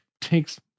takes